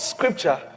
Scripture